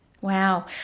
Wow